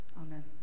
Amen